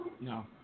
No